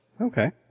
Okay